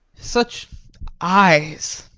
such eyes